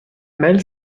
mel